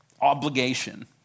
obligation